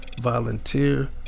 Volunteer